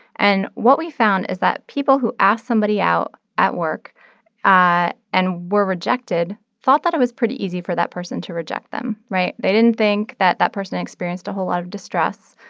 and what we found is that people who asked somebody out at work ah and were rejected felt that it was pretty easy for that person to reject them, right? they didn't think that that person experienced a whole lot of distress,